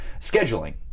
scheduling